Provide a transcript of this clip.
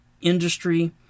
industry